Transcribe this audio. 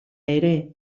ere